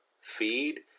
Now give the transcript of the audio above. feed